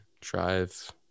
drive